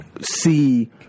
see